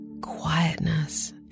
quietness